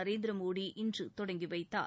நரேந்திரமோடி இன்று தொடங்கி வைத்தார்